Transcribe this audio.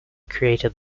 created